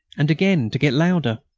and again to get louder.